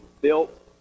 built